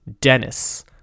Dennis